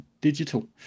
digital